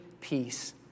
peace